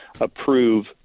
approve